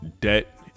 debt